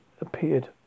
appeared